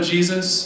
Jesus